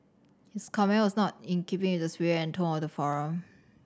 his comment was not in keeping with the spirit and tone of the